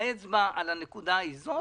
האצבע על הנקודה היא זאת,